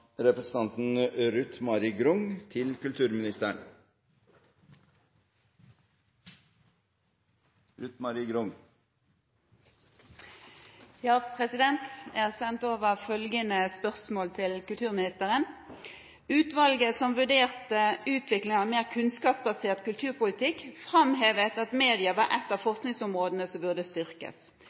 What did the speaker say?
til kulturministeren: «Utvalget som vurderte utvikling av en mer kunnskapsbasert kulturpolitikk, fremhevet at media var ett av forskningsområdene som burde styrkes.